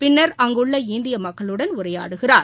பின்னர்அங்குள்ள இந்திய மக்களுடன் உரையாடுகிறார்